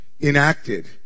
enacted